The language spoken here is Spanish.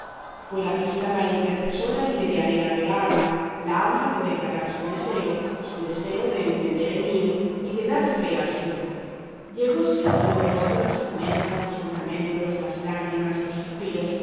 fue la vista la intercesora y medianera de la habla la habla de declarar su deseo su deseo de encender el mío y de dar fe al suyo llegóse a todo esto las promesas los juramentos las lágrimas los suspiros